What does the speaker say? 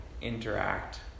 interact